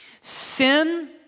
Sin